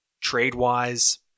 trade-wise